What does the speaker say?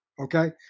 okay